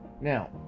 Now